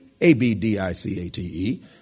A-B-D-I-C-A-T-E